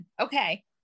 Okay